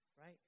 Right